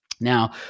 Now